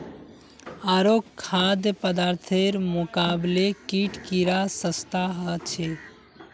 आरो खाद्य पदार्थेर मुकाबले कीट कीडा सस्ता ह छे